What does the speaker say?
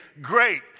Great